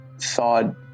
thought